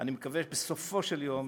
אני מקווה שבסופו של דבר,